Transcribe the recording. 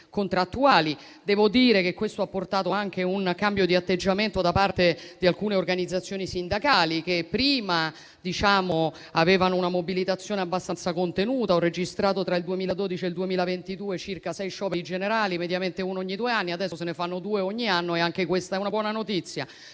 Devo dire che questo ha portato anche un cambio di atteggiamento da parte di alcune organizzazioni sindacali, che prima avevano una mobilitazione abbastanza contenuta: ho registrato tra il 2012 e il 2022 circa sei scioperi generali, mediamente uno ogni due anni, mentre adesso se ne fanno due ogni anno e anche questa è una buona notizia.